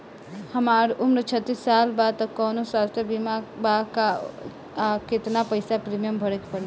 हमार उम्र छत्तिस साल बा त कौनों स्वास्थ्य बीमा बा का आ केतना पईसा प्रीमियम भरे के पड़ी?